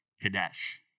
Kadesh